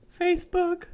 Facebook